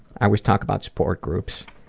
i always talk about support groups,